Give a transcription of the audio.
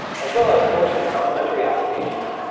as well as sourcing complementary applications,